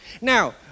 Now